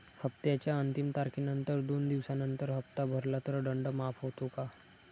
हप्त्याच्या अंतिम तारखेनंतर दोन दिवसानंतर हप्ता भरला तर दंड माफ होतो का?